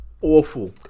Awful